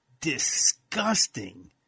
disgusting